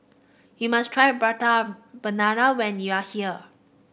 you must try Prata Banana when you are here